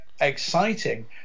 exciting